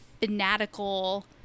fanatical